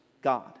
God